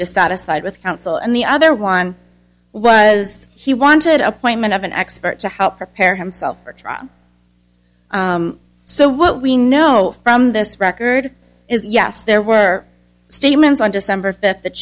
dissatisfied with counsel and the other one was he wanted appointment of an expert to help prepare himself for a trial so what we know from this record is yes there were statements on december fifth that